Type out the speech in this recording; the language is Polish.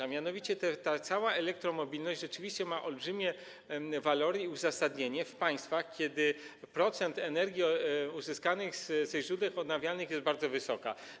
A mianowicie ta cała elektromobilność rzeczywiście ma olbrzymie walory i uzasadnienie w państwach, gdzie procent energii uzyskanej ze źródeł odnawialnych jest bardzo wysoki.